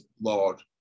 Lord